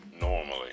normally